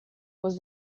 was